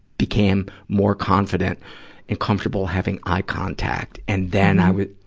became more confident and comfortable having eye contact. and then i wa,